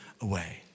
away